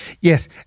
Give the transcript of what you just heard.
Yes